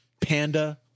Panda